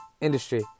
industry